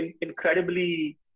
incredibly